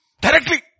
Directly